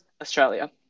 Australia